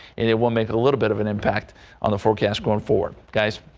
it it will make it a little bit of an impact on the forecast going forward guys.